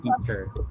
teacher